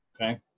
Okay